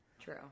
true